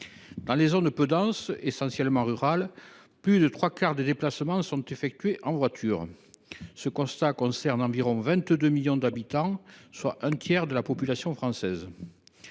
Dans les zones peu denses, essentiellement rurales, plus de trois quarts des déplacements sont effectués en voiture. Ce constat concerne environ 22 millions d’habitants, soit un tiers de la population française.